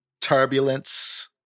Turbulence